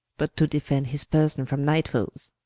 but to defend his person from night-foes?